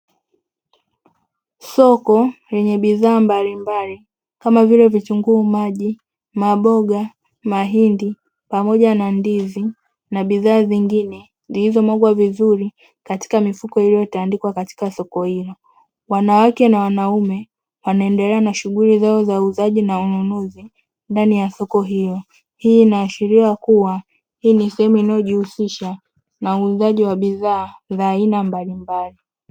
Soko lenye bidhaa mbalimbali kama vile: vitunguu maji, maboga, mahindi pamoja na ndizi na bidhaa zingine zilizomwagwa vizuri katika mifuko iliyotandikwa katika soko hilo. Wanawake na wanaume wanaendelea na shughuli zao za uuzaji na ununuzi ndani ya soko hilo. Hii inaashiria ya kuwa hii ni sehemu inayojihusisha na uuzaji wa bidhaa za aina mbalimbali.